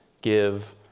give